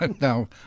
No